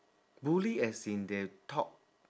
bully as in they talk